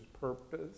purpose